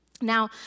Now